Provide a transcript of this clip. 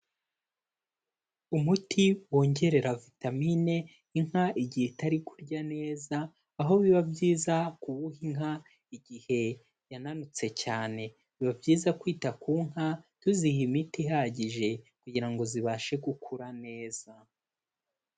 Umuti wongerera vitamine inka igihe itari kurya neza, aho biba byiza kuwuha inka igihe yananutse cyane, biba byiza kwita ku nka tuziha imiti ihagije kugira ngo zibashe gukura neza.